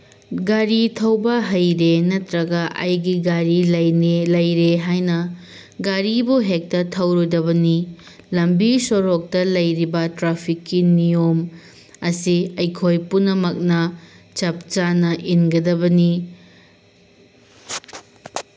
ꯒꯥꯔꯤ ꯊꯧꯕ ꯍꯩꯔꯦ ꯅꯠꯇ꯭ꯔꯒ ꯑꯩꯒꯤ ꯒꯥꯔꯤ ꯂꯩꯅꯦ ꯂꯩꯔꯦ ꯍꯥꯏꯅ ꯒꯥꯔꯤꯕꯨ ꯍꯦꯛꯇ ꯊꯧꯔꯣꯏꯗꯕꯅꯤ ꯂꯝꯕꯤ ꯁꯣꯔꯣꯛꯇ ꯂꯩꯔꯤꯕ ꯇ꯭ꯔꯥꯐꯤꯛꯀꯤ ꯅꯤꯌꯣꯝ ꯑꯁꯤ ꯑꯩꯈꯣꯏ ꯄꯨꯝꯅꯃꯛꯅ ꯆꯞ ꯆꯥꯅ ꯏꯟꯒꯗꯕꯅꯤ